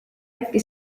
äkki